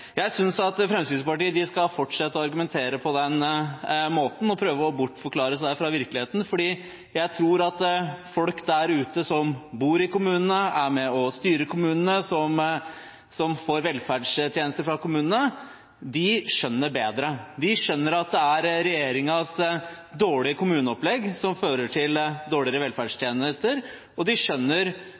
Jeg synes at Fremskrittspartiet skal fortsette å argumentere på den måten og prøve å bortforklare virkeligheten, for jeg tror at folk der ute, som bor i kommunene, som er med og styrer kommunene, og som får velferdstjenester fra kommunene, skjønner bedre. De skjønner at det er regjeringens dårlige kommuneopplegg som fører til dårligere velferdstjenester, og de skjønner